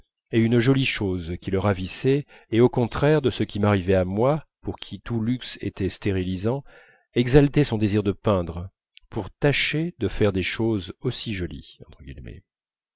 et une jolie chose qui le ravissait et au contraire de ce qui m'arrivait à moi pour qui tout luxe était stérilisant exaltait son désir de peintre pour tâcher de faire des choses aussi jolies